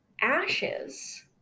ashes